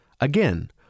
Again